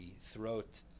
throat